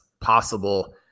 possible